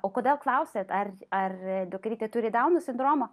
o kodėl klausiat ar ar dukrytė turi dauno sindromą